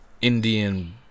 Indian